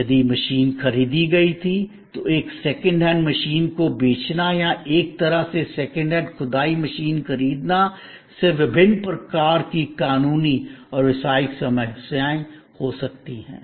यदि मशीन खरीदी गई थी तो एक सेकंड हैंड मशीन को बेचना या एक तरह से सेकंड हैंड खुदाई मशीन खरीदना से विभिन्न प्रकार की कानूनी और व्यावसायिक समस्याएं हो सकती हैं